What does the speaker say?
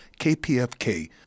KPFK